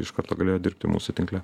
iš karto galėjo dirbti mūsų tinkle